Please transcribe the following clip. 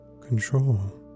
control